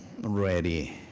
ready